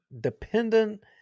dependent